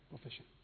profession